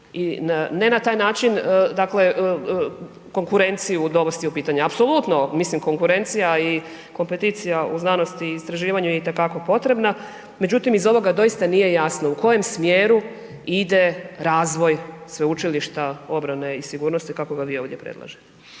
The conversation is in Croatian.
ne na taj način dakle, konkurenciju dovesti u pitanje. Apsolutno, mislim konkurencija i kompeticija u znanosti i istraživanju je itekako potrebna, međutim, iz ovoga doista nije jasno u kojem smjeru ide razvoj Sveučilišta obrane i sigurnosti kako ga vi ovdje predlažete.